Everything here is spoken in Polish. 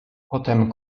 potem